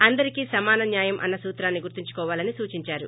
అందరికీ సమాన న్వాయం అన్న సూత్రాన్ని గుర్తుచుకోవాలని సూచించారు